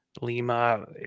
Lima